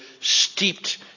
steeped